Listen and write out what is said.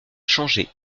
changé